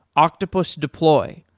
octopus deploy,